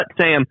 Sam